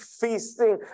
feasting